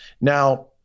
Now